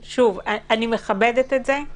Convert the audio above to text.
שוב, אני מכבדת את זה,